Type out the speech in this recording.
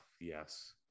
yes